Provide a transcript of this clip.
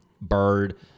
bird